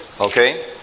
Okay